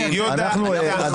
טוב.